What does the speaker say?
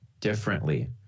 differently